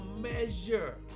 measure